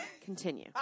Continue